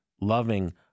loving